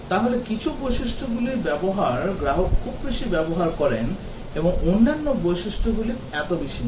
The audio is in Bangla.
তাহলে কিছু বৈশিষ্ট্যগুলির ব্যবহার গ্রাহক খুব বেশি ব্যবহার করেন এবং অন্যান্য বৈশিষ্ট্যগুলি এত বেশি না